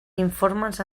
informes